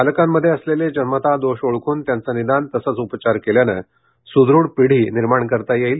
बालकांमध्ये असलेले जन्मत दोष आेळखून त्यांचे निदान तसेच उपचार केल्याने सुदूढ पिढी निर्माण करता येईल